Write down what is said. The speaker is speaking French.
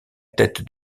tête